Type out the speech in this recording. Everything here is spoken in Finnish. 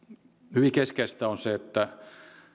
hyvin keskeistä on se että